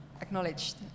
acknowledged